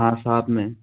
हाँ साथ में